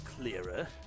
clearer